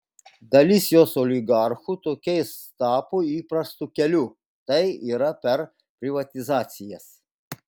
dalis jos oligarchų tokiais tapo įprastu keliu tai yra per privatizacijas